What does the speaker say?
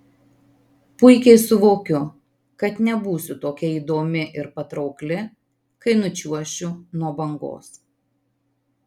puikiai suvokiu kad nebūsiu tokia įdomi ir patraukli kai nučiuošiu nuo bangos